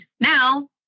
now